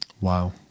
Wow